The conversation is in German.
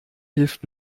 hilft